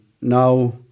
now